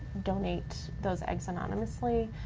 donate those eggs anonymously,